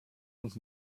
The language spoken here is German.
und